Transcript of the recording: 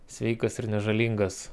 sveikas ir nežalingas